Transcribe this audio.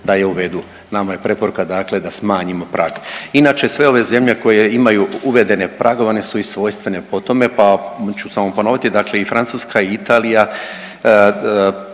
da ju uvedu. Nama je preporuka dakle da smanjimo prag. Inače sve ove zemlje koje imaju uvedene pragove, one su i svojstvene po tome pa ću samo ponoviti dakle, i Francuska, i Italija,